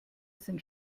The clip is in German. sind